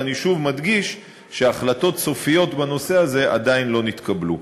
ואני שוב מדגיש שהחלטות סופיות בנושא הזה עדיין לא התקבלו.